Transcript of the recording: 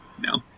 No